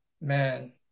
man